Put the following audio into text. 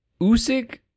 Usyk